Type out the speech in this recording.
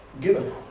given